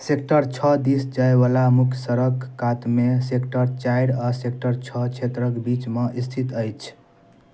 sector छओ दिस जाइ वला मुख्य सड़क कातमे सेक्टर चारि आ सेक्टर छओ क्षेत्रक बीच मे स्थित अछि